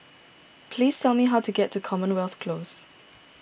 please tell me how to get to Commonwealth Close